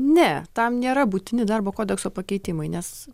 ne tam nėra būtini darbo kodekso pakeitimai nes